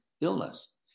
illness